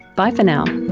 bye for now